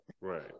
Right